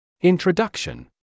Introduction